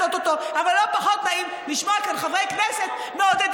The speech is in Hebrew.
החוק הזה נוגע לרשות הפלסטינית, חבר הכנסת מוסי